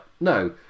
no